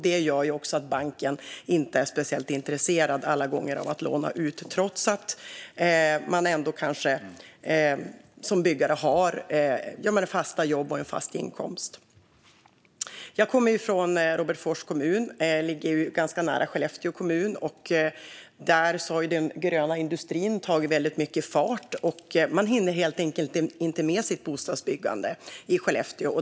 Det gör att banken inte alla gånger är speciellt intresserad av att låna ut trots att man kanske ändå som byggare har fasta jobb och en fast inkomst. Jag kommer från Robertsfors kommun. Det ligger ganska nära Skellefteå kommun. Där har den gröna industrin tagit väldigt mycket fart. Man hinner helt enkelt inte med sitt bostadsbyggande i Skellefteå.